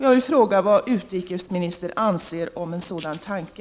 Vad anser utrikesministern om en sådan tanke?